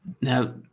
Now